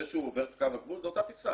זה שהוא עובר את קו הגבול, זה אותה טיסה,